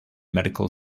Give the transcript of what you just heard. medical